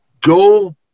go